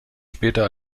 später